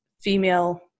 female